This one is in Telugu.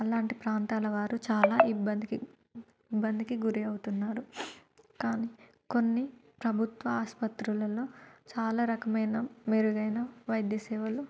అలాంటి ప్రాంతాల వారు చాలా ఇబ్బందికి ఇబ్బందికి గురి అవుతున్నారు కానీ కొన్ని ప్రభుత్వ ఆసుపత్రులలో చాలా రకమైన మెరుగైన వైద్య సేవలు